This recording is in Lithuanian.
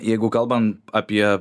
jeigu kalbam apie